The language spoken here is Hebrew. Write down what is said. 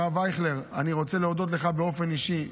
הרב אייכלר, אני רוצה להודות לך באופן אישי.